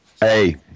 hey